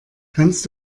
kannst